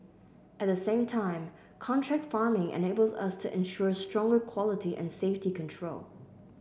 at the same time contract farming enables us to ensure stronger quality and safety control